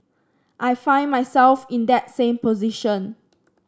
I find myself in that same position